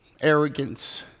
arrogance